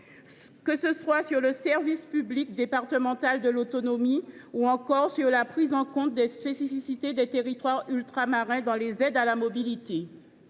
que ce soit sur le service public départemental de l’autonomie ou encore sur la prise en compte des spécificités des territoires ultramarins dans les aides à la mobilité.